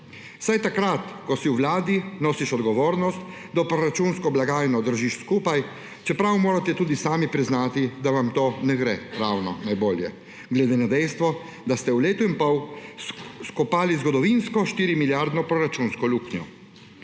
saj takrat, ko si v vladi, nosiš odgovornost, da proračunsko blagajno držiš skupaj, čeprav morate tudi sami priznati, da vam to ne gre ravno najbolje, glede na dejstvo, da ste v letu in pol skopali zgodovinsko 4-milijardno proračunsko luknjo.